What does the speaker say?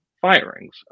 firings